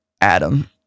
Adam